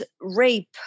rape